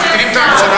אם מקטינים את הממשלה,